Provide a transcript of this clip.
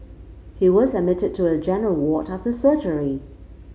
he was admitted to a general ward after surgery